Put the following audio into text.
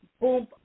boom